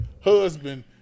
husband